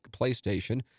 PlayStation